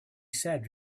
said